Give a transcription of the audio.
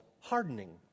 hardening